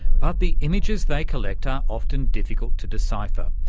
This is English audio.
but the images they collect are often difficult to decipher.